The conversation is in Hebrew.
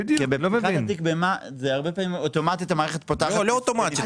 בפתיחת תיק במע"מ אוטומטית המערכת פותחת --- לא אוטומטית,